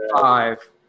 five